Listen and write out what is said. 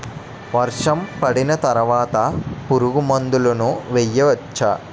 వర్షం పడిన తర్వాత పురుగు మందులను వేయచ్చా?